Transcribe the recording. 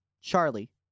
Charlie